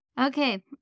Okay